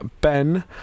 Ben